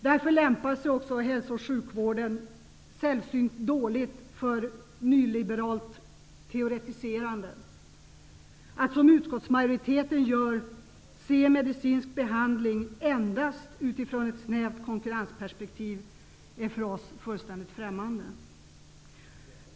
Därför lämpar sig hälso och sjukvården sällsynt illa för nyliberalt teoretiserande. Att, som utskottsmajoriteten gör, se medicinsk behandling endast i ett snävt konkurrensperspektiv är för oss fullständigt främmande.